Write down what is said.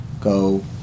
go